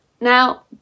Now